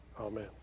Amen